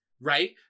right